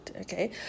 Okay